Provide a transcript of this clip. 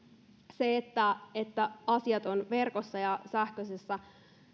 siihen että asiat ovat verkossa ja sähköisessä